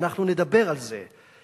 ואנחנו נדבר על זה,